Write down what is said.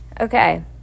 Okay